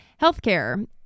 Healthcare